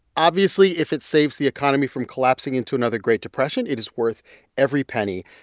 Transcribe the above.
obviously, if it saves the economy from collapsing into another great depression, it is worth every penny.